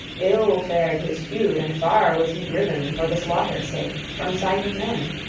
ill fared his feud, and far was he driven, for the slaughter's sake, from sight of men.